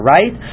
Right